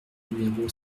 numéro